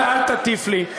אל תטיף לי, אל תטיף לי.